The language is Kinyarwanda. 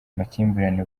makimbirane